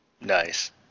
Nice